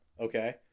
Okay